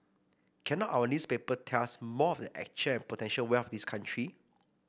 cannot our newspaper tell us more of the actual and potential wealth of this country